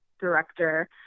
director